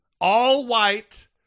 All-white